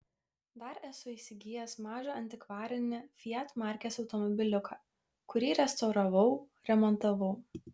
dar esu įsigijęs mažą antikvarinį fiat markės automobiliuką kurį restauravau remontavau